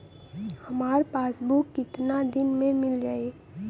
हमार पासबुक कितना दिन में मील जाई?